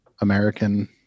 American